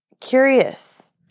curious